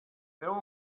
feu